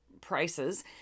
prices